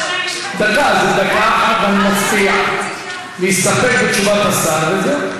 אני מציע להסתפק בתשובת השר, וזהו.